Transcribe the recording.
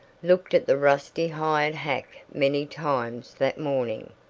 looked at the rusty hired hack many times that morning.